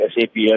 SAPS